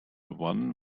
one